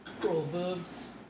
Proverbs